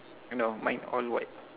no mine all white